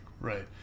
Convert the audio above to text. Right